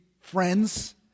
friends